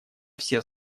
все